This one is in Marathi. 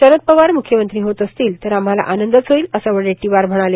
शरद पवार म्ख्यमंत्री होत असतील तर आम्हाला आनंदच होईल असं वडेट्टीवार म्हणाले